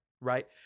right